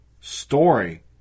story